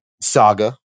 Saga